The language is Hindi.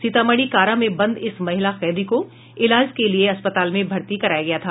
सीतामढ़ी कारा में बंद इस महिला कैदी को इलाज के लिए अस्पताल में भर्ती कराया गया था